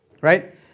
right